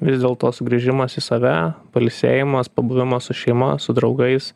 vis dėlto sugrįžimas į save pailsėjimas pabuvimas su šeima su draugais